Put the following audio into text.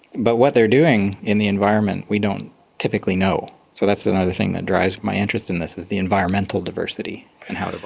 but what they are doing in the environment we don't typically know. so that's another thing that drives my interest in this, is the environmental diversity and how it